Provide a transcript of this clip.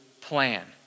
plan